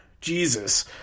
Jesus